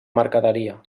mercaderia